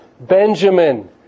Benjamin